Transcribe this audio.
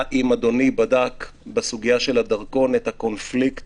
לשאול אם אדוני בדק בסוגיה של הדרכון את הקונפליקט